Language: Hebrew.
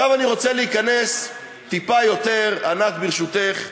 עכשיו אני רוצה להיכנס טיפה יותר, ענת, ברשותך,